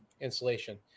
insulation